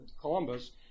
Columbus